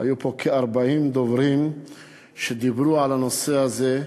היו פה כ-40 דוברים שדיברו על הנושא הזה,